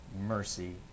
mercy